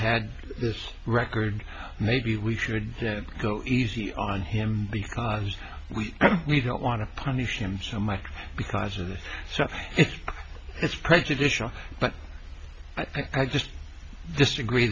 had this record maybe we should go easy on him because we we don't want to punish him so much because of this so it's prejudicial but i just disagree